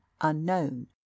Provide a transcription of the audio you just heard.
unknown